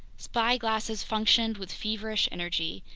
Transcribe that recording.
spyglasses functioned with feverish energy.